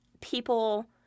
people